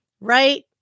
Right